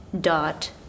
dot